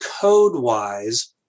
code-wise